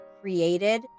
created